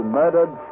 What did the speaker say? murdered